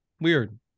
Weird